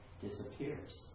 disappears